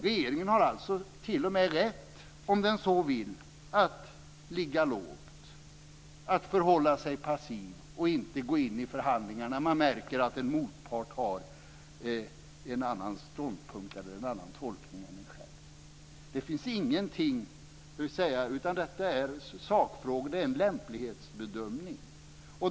Regeringen har t.o.m. rätt att, om den så vill, ligga lågt, att förhålla sig passiv och inte gå in i förhandling när man märker att en motpart har en annan ståndpunkt eller tolkning än man själv. Det är en lämplighetsbedömning.